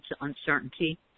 uncertainty